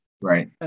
right